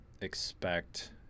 expect